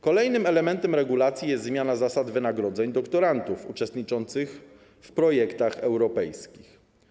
Kolejnym elementem regulacji pracy jest zmiana zasad wynagrodzeń doktorantów uczestniczących w projektach europejskich.